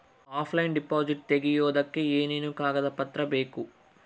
Offline deposit ತೆಗಿಯೋದಕ್ಕೆ ಏನೇನು ಕಾಗದ ಪತ್ರ ಬೇಕು?